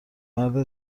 مرد